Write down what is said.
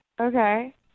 Okay